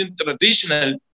traditional